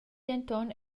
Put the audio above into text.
denton